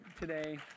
today